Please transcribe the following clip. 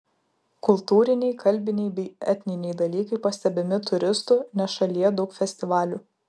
kultūriniai kalbiniai bei etniniai dalykai pastebimi turistų nes šalyje daug festivalių